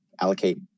allocate